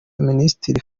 minisitiri